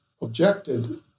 objected